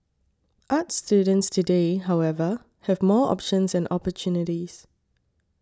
arts students today however have more options and opportunities